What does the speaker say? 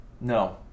No